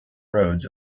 roads